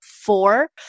four